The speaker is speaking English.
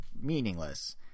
meaningless